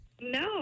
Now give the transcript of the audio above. No